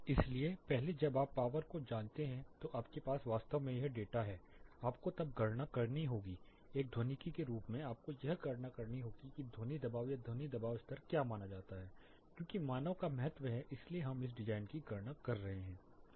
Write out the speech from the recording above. इसलिए पहले जब आप पावर को जानते हैं तो आपके पास वास्तव में यह डेटा है आपको तब गणना करनी होगी एक ध्वनिकी के रूप में आपको यह गणना करनी होगी कि ध्वनि दबाव या ध्वनि दबाव स्तर क्या माना जाता है क्योंकि मानव का महत्व है इसीलिए हम इस डिजाइन की गणना कर रहे हैं